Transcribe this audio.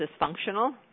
dysfunctional